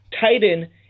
Titan